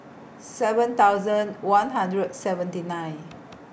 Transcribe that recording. seven thousand one hundred seventy nine